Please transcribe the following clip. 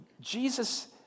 Jesus